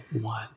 one